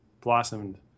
blossomed